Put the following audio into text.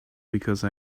because